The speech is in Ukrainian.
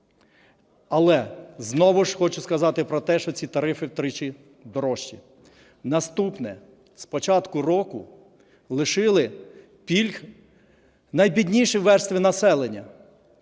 Але знову ж хочу сказати про те, що ці тарифи втричі дорожчі. Наступне. З початку року лишили пільг найбідніші верстви населення,